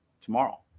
tomorrow